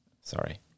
Sorry